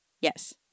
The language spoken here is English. Yes